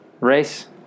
race